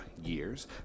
years